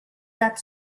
that